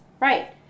right